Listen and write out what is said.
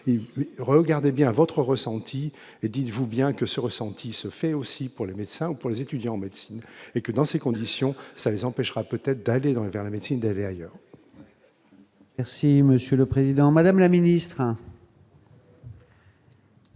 regardez bien votre ressenti et dites-vous bien que ce ressenti se fait aussi pour les médecins, pour les étudiants en médecine et que dans ces conditions, ça les empêchera peut-être d'aller dans le vers la médecine d'aller ailleurs. Merci Monsieur le Président, Madame la ministre.